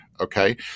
okay